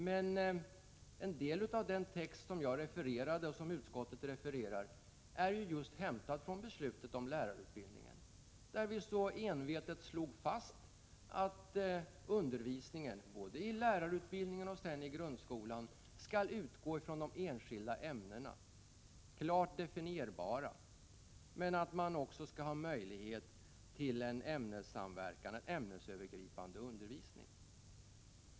Men en del av den text som jag refererade och som utskottet refererar är hämtad just från beslutet om lärarutbildningen, där vi så envetet slog fast att undervisningen, både i lärarutbildningen och sedan i grundskolan, skall utgå från de olika ämnena, klart definierbara, men att man också skall ha möjlighet till en ämnessamverkan och en ämnesövergripande undervisning.